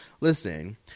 Listen